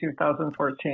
2014